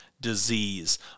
disease